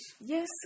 Yes